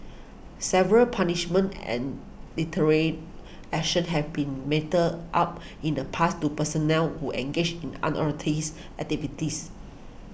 severe punishments and deterrent action have been meted out in the past to personnel who engaged in unauthorised activities